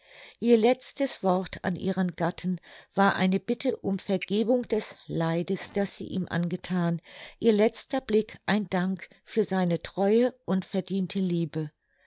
ihr letztes wort an ihren gatten war eine bitte um vergebung des leides das sie ihm angethan ihr letzter blick ein dank für seine treue unverdiente liebe